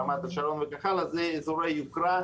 רמת השרון שהם אזורי יוקרה,